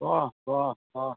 वाह वाह वाह